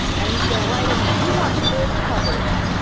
and you go right in there. you want good coverage.